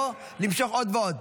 לא למשוך עוד ועוד.